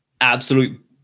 Absolute